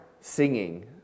singing